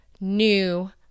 new